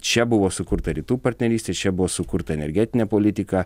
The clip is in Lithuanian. čia buvo sukurta rytų partnerystė čia buvo sukurta energetinė politika